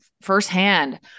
firsthand